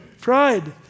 Pride